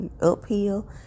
Uphill